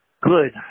good